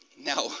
Now